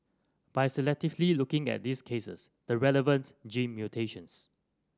by selectively looking at these cases the relevant gene